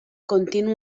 continu